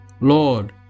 Lord